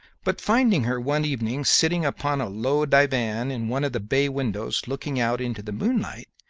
but finding her one evening sitting upon a low divan in one of the bay-windows looking out into the moonlight,